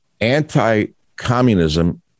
anti-communism